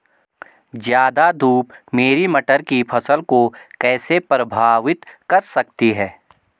ज़्यादा धूप मेरी मटर की फसल को कैसे प्रभावित कर सकती है?